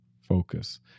focus